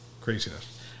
craziness